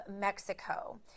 Mexico